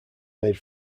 made